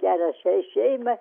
gerą šei šeimą